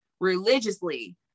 religiously